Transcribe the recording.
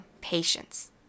patience